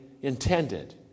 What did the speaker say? intended